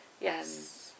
Yes